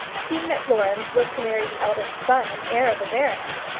seeing that florence was to marry the eldest son and heir of a baronet.